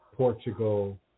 Portugal